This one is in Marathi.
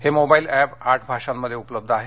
हे मोबाईल ऍप आठ भाषांमध्ये उपलब्ध आहे